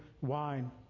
wine